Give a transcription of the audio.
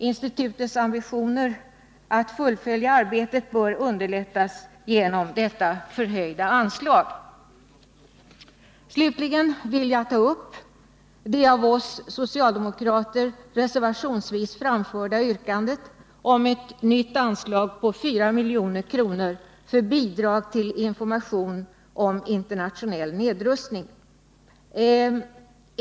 Institutets amibitioner att fullfölja arbetet bör underlättas genom detta förhöjda anslag. Slutligen vill jag ta upp det av oss socialdemokrater reservationsvis framförda yrkandet om ett nytt anslag på 4 milj.kr. för bidrag till information om internationell nedrustning.